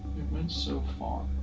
went so far.